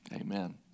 Amen